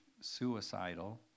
suicidal